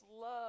love